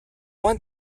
want